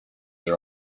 are